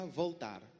voltar